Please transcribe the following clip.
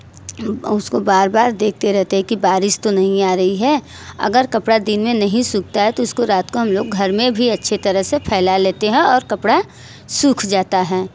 उसको बार बार देखते रहते की बारिश तो नहीं आ रही है अगर कपड़ा दिन में नहीं सूखता है तो उसको रात को हम लोग घर में भी अच्छी तरह से फैला लेते हैं और कपड़ा सूख जाता है